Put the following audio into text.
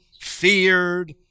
feared